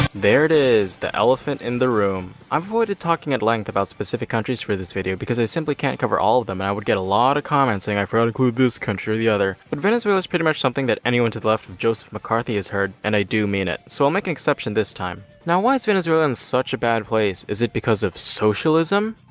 there it is, the elephant in the room. i've avoided talking at length about specific countries for this video because i simply can't cover all of them and i would get a lot of comments saying i forgot to include this country or the other. but venezuela is a pretty much something that anyone to the left of joseph mccarthy has heard, and i do mean it, so i'll make an exception this time. now why is venezuela in such a bad place? is it because of socialism?